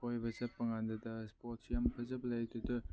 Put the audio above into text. ꯀꯣꯏꯕ ꯆꯠꯄꯀꯥꯟꯗꯗ ꯏꯁꯄꯣꯠꯁꯨ ꯌꯥꯝ ꯐꯖꯕ ꯂꯩ ꯑꯗꯨꯗ